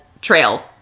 trail